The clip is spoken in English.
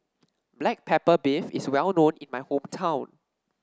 Black Pepper Beef is well known in my hometown